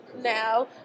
now